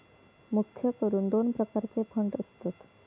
मुख्य करून दोन प्रकारचे फंड असतत